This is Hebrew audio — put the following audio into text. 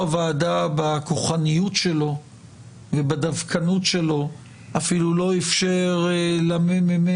הוועדה בכוחניות ובדווקנות שלו אפילו לא אפשר למ.מ.מ.